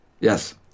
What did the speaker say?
Yes